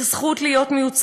את הזכות להשתכר באופן שווה,